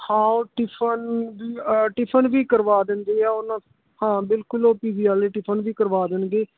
ਹਾਂ ਉਹ tiffin tiffin ਵੀ ਕਰਵਾ ਦਿੰਦੇ ਆ ਉਹਨਾ ਹਾਂ ਬਿਲਕੁਲ ਉਹ ਪੀ ਜੀ ਵਾਲੇ ਟਿਫਨ ਵੀ ਕਰਵਾ ਦੇਣਗੇ